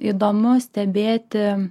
įdomu stebėti